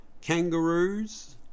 Kangaroos